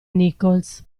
nichols